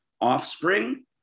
offspring